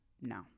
No